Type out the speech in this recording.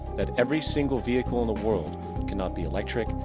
that every single vehicle in the world cannot be electric,